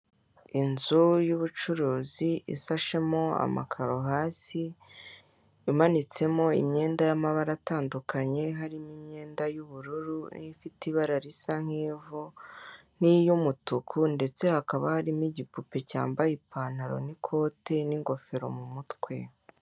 Inzu y'ubucuruzi isashemo amakaro hasi, imanitsemo imyenda y'amabara atandukanye, harimo imyenda y'ubururu n'ifite ibara risa nk'ivu, n'iy'umutuku ndetse hakaba harimo igipupe cyambaye ipantaro n'ikote n'ingofero mu mutwe.